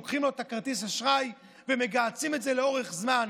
לוקחים לו את כרטיס האשראי ומגהצים את זה לאורך זמן.